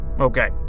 Okay